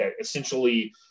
essentially